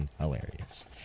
hilarious